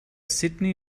sydney